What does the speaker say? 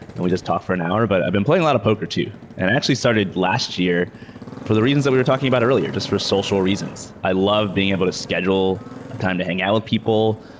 and we just talk for an hour. but i've been playing a lot of poker too and i actually started last year for the reasons that we were talking about earlier, just for social reasons. i love being able to schedule time to hang out with people.